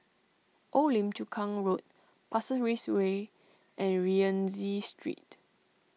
Old Lim Chu Kang Road Pasir Ris Way and Rienzi Street